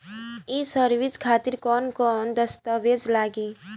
ये सर्विस खातिर कौन कौन दस्तावेज लगी?